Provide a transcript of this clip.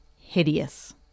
hideous